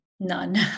None